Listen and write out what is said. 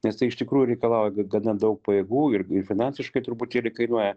nes tai iš tikrųjų reikalauja gana daug pajėgų ir ir finansiškai truputėlį kainuoja